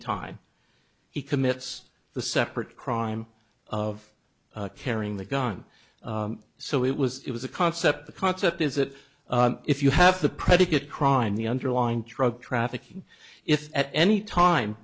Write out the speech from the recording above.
time he commits the separate crime of carrying the gun so it was it was a concept the concept is that if you have the predicate crime the underlying truck trafficking if at any time